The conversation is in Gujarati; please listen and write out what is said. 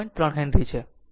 3 હેનરી છે